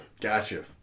Gotcha